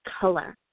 color